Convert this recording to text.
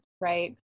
right